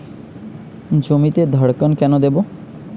জমিতে ধড়কন কেন দেবো?